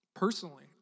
Personally